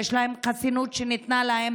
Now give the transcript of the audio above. יש להם חסינות שניתנה להם